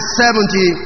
seventy